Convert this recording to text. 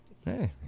Hey